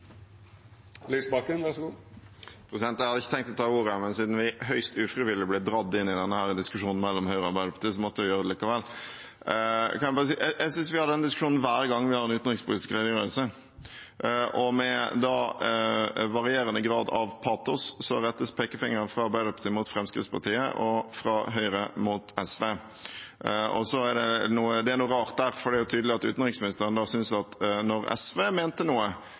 Jeg hadde ikke tenkt å ta ordet, men siden vi høyst ufrivillig ble dradd inn i denne diskusjonen mellom Høyre og Arbeiderpartiet, måtte jeg gjøre det likevel. Jeg synes vi har denne diskusjonen hver gang vi har en utenrikspolitisk redegjørelse, og med varierende grad av patos rettes pekefingeren fra Arbeiderpartiet mot Fremskrittspartiet, og fra Høyre mot SV. Det er noe rart der, for det er tydelig at utenriksministeren synes at da SV mente noe,